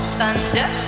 thunder